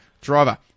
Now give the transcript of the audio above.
Driver